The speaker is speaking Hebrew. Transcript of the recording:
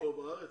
כאן בארץ?